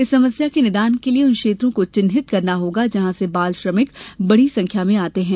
इस समस्या के निदान के लिये उन क्षेत्रों को चिन्हित करना होगा जहां से बाल श्रमिक बड़ी संख्या में आते हैं